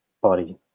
body